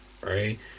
right